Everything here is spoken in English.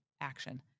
action